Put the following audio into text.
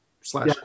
slash